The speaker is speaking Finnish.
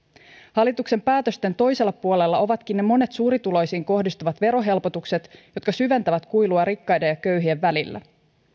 hallituksen päätösten toisella puolella ovatkin ne monet suurituloisiin kohdistuvat verohelpotukset jotka syventävät kuilua rikkaiden ja köyhien välillä